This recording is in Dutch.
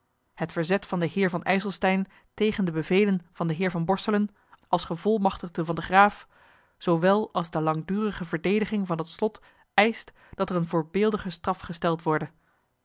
het verzet van den heer van ijselstein tegen de bevelen van den heer van borselen als gevolmachtigde van den graaf zoowel als de langdurige verdediging van het slot eischt dat er eene voorbeeldige straf gesteld worde